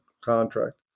contract